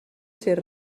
ser